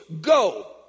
go